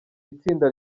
itsinda